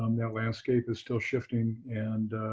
um that landscape is still shifting and